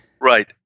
Right